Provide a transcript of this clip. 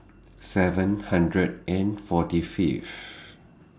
seven hundred and forty Fifth